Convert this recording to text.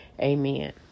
amen